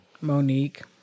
Monique